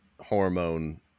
hormone